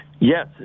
Yes